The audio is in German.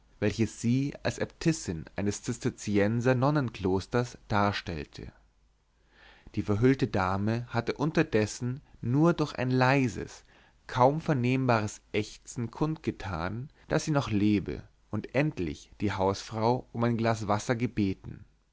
welches sie als äbtissin eines zisterzienser nonnenklosters darstellte die verhüllte dame hatte unterdessen nur durch ein leises kaum vernehmbares ächzen kund getan daß sie noch lebe und endlich die hausfrau um ein glas wasser gebeten